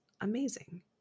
amazing